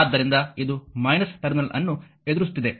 ಆದ್ದರಿಂದ ಇದು ಟರ್ಮಿನಲ್ ಅನ್ನು ಎದುರಿಸುತ್ತಿದೆ